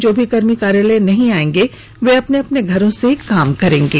जो भी कर्मी कार्यालय नहीं आयेंगे वे अपने अपने घरों से काम करेंगे